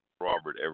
Robert